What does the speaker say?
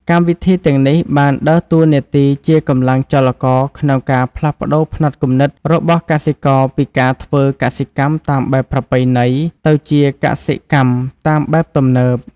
កម្មវិធីទាំងនេះបានដើរតួនាទីជាកម្លាំងចលករក្នុងការផ្លាស់ប្តូរផ្នត់គំនិតរបស់កសិករពីការធ្វើកសិកម្មតាមបែបប្រពៃណីទៅជាកសិកម្មតាមបែបទំនើប។